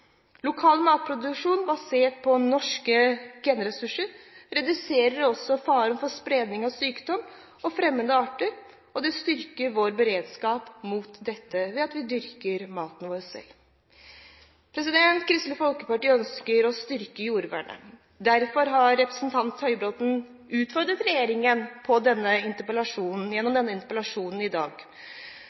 Lokal matproduksjon basert på norske genressurser reduserer også faren for spredning av fremmede arter og sykdom. Vi styrker vår beredskap mot dette ved at vi dyrker maten vår selv. Kristelig Folkeparti ønsker å styrke jordvernet. Derfor har representanten Høybråten utfordret regjeringen gjennom denne interpellasjonen i dag.